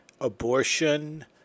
abortion